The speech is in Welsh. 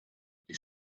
wedi